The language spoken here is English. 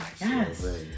Yes